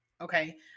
Okay